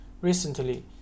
Recently